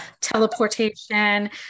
teleportation